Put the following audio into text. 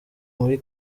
muri